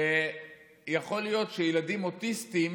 ויכול להיות שילדים אוטיסטים,